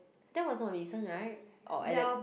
that was not recent right or at that